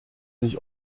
sich